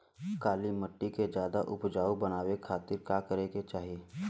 काली माटी के ज्यादा उपजाऊ बनावे खातिर का करे के चाही?